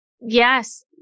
Yes